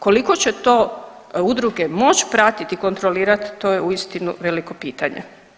Koliko će to udruge moći pratiti i kontrolirati to je uistinu veliko pitanje.